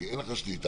אין לך שליטה,